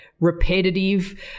repetitive